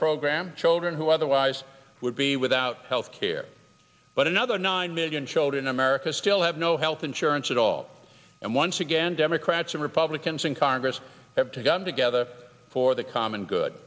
program children who otherwise would be without health care but another nine million children america still have no health insurance at all and once again democrats and republicans in congress have to come together for the common good